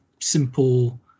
Simple